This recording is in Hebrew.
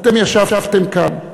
אתם ישבתם כאן.